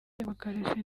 demokarasi